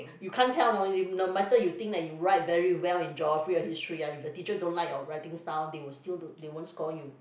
you can't tell know no matter you think that you write very well in geography or history ah if the teacher don't like your writing style they will still do they won't score you